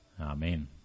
Amen